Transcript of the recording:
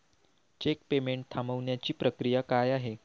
Check payment थांबवण्याची प्रक्रिया काय आहे?